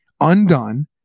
undone